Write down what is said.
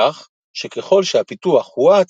כך שככל שהפיתוח הואץ,